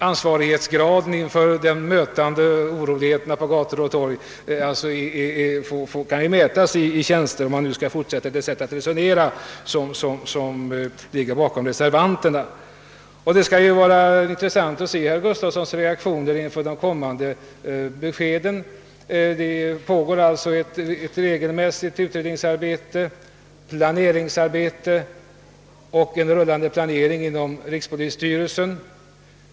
Ansvarigheten inför de oroligheter som kan möta på gator och torg kan sålunda mätas i tjänster — om vi nu skall fortsätta med det sättet att resonera som ligger bakom reservanternas argumentering. Det skall bli intressant att se herr Gustafssons reaktion inför de kommande beskeden. Det pågår ett regelmässigt utredningsarbete och en »rullande» planering inom rikspolisstyrelsen.